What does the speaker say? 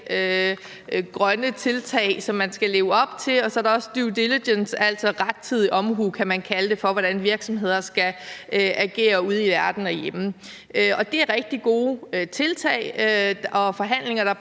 sociale tiltag, som man skal leve op til, og at der også er due diligence, altså rettidig omhu, kan man kalde det, i forhold til, hvordan virksomheder skal agere ude i verden og derhjemme, og der er nogle rigtig gode tiltag og forhandlinger, der